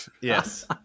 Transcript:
Yes